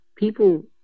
People